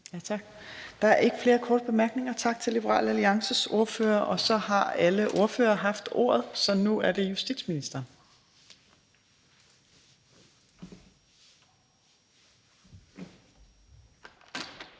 Torp): Der er ikke flere korte bemærkninger. Tak til Liberal Alliances ordfører. Og så har alle ordførere haft ordet, så nu er det justitsministeren.